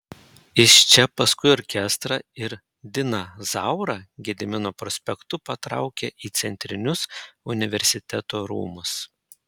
iš čia paskui orkestrą ir diną zaurą gedimino prospektu patraukė į centrinius universiteto rūmus